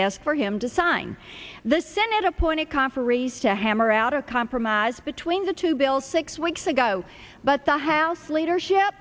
desk for him to sign the senate appoint conferees to hammer out a compromise between the two bills six weeks ago but the house leadership